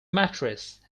mattress